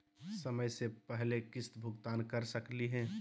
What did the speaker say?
समय स पहले किस्त भुगतान कर सकली हे?